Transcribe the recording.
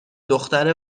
دختر